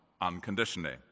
unconditionally